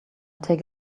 take